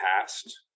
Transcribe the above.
past